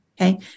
Okay